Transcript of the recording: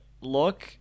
look